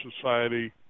society